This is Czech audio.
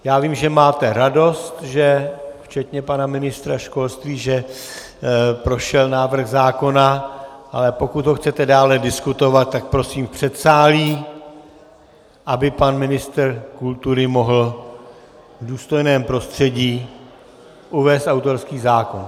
Já vím, že máte radost, včetně pana ministra školství, že prošel návrh zákona, ale pokud ho chcete dále diskutovat, tak prosím v předsálí, aby pan ministr kultury mohl v důstojném prostředí uvést autorský zákon.